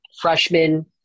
freshman